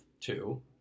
two